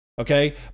Okay